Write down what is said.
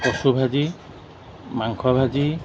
কচু ভাজি মাংস ভাজি